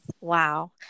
Wow